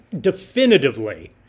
definitively